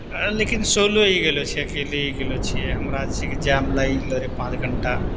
लेकिन सोलो ही गेलो छियै अकेले ही गेलो छियै हमरा जे छै कि जाइमे लागि गेलो रहय पाँच घण्टा